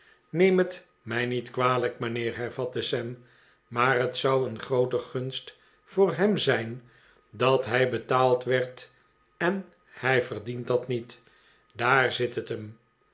neem het mij niet kwalijk mijnheer hervatte sam maar het zou een groote gunst voor hem zijn dat hij betaald werd en hij verdient dat niet daar zit het hem